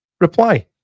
Reply